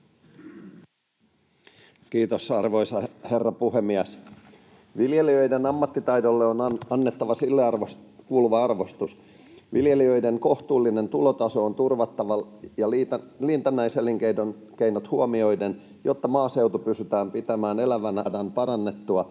Kiitos, arvoisa herra puhemies! Viljelijöiden ammattitaidolle on annettava sille kuuluva arvostus. Viljelijöiden kohtuullinen tulotaso on turvattava liitännäiselinkeinot huomioiden, jotta maaseutu pystytään pitämään elävänä sekä